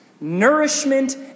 nourishment